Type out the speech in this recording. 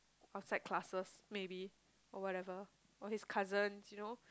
outside classes maybe or whatever or his cousins you know